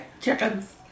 Chickens